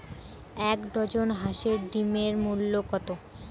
এক ডজন হাঁসের ডিমের মূল্য কত?